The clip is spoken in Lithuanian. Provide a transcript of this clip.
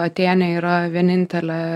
atėnė yra vienintelė